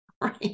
Right